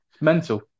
Mental